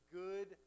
good